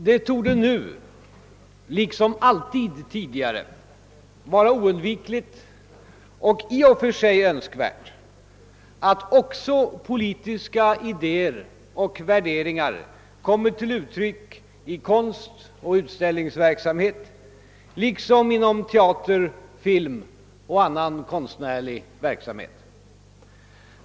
Det torde nu liksom alltid tidigare vara oundvikligt och i och för sig önskvärt att också politiska idéer och värderingar kommer till uttryck i konst och utställningsverksamhet liksom inom teater, film och annan konstnärlig verksamhet.